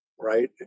right